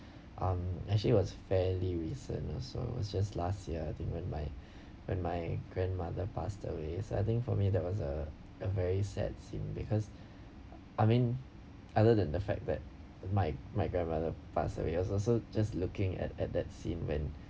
um actually it was fairly recent also it was just last year I think when my when my grandmother passed away so I think for me that was a a very sad scene because I mean other than the fact that my my grandmother passed away I also just looking at at that scene when